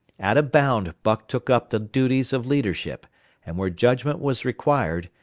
at a bound buck took up the duties of leadership and where judgment was required,